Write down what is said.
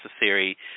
necessary